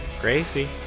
Gracie